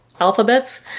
alphabets